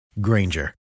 Granger